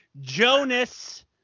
Jonas